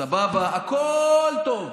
סבבה, הכול טוב.